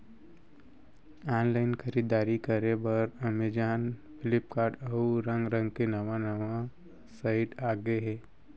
online खरीददारी करे बर अमेजॉन, फ्लिपकार्ट, अउ रंग रंग के नवा नवा साइट आगे हे